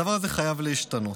הדבר הזה חייב להשתנות.